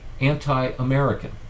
anti-American